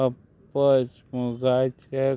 पापज मुगाचे